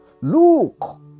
look